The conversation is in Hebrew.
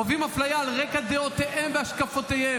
חווים אפליה על רקע דעותיהם והשקפותיהם.